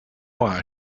why